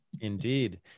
Indeed